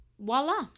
Voila